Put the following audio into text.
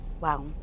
Wow